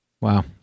Wow